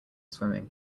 swimming